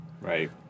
Right